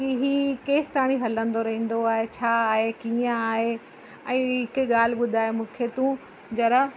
कि ही केसीं तांई हलंदो रहंदो आहे छा आहे कीअं आहे ऐं हिक ॻाल्हि ॿुधाए मूंखे तूं ज़रा